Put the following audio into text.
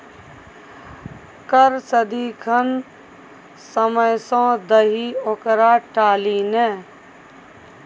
कर सदिखन समय सँ दही ओकरा टाली नै